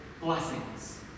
blessings